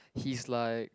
he's like